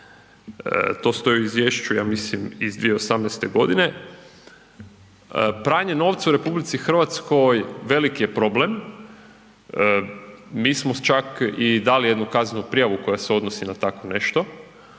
to stoji u Izvješću, ja mislim iz 2018.-te godine. Pranje novca u Republici Hrvatskoj velik' je problem, mi smo čak i dali jednu kaznenu prijavu koja se odnosi na tako nešto,